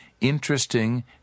interesting